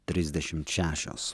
trisdešimt šešios